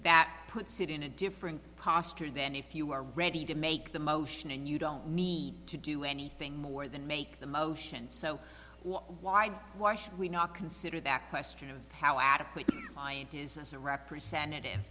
that puts it in a different posture than if you are ready to make the motion and you don't need to do anything more than make the motion so why why should we not consider that question of how adequate client is as a represent